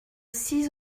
six